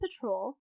patrol